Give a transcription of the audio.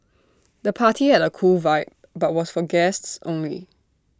the party had A cool vibe but was for guests only